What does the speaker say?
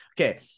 Okay